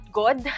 good